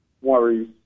worries